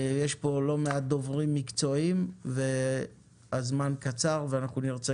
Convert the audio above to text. יש פה לא מעט דוברים מקצועיים והזמן קצר ואנחנו נרצה